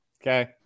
Okay